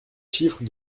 chiffres